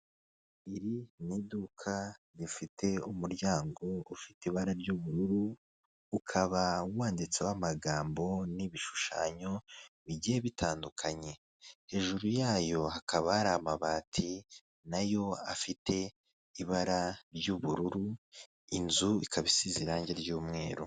Iri ni iduka rifite umuryango ufite ibara ry'ubururu, ukaba wanditseho amagambo n'ibishushanyo bigiye bitandukanye. Hejuru yayo hakaba hari amabati nayo afite ibara ry'ubururu, inzu ikaba isize irangi ry'umweru.